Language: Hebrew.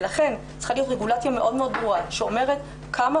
ולכן צריכה להיות רגולציה ברורה שאומרת כמה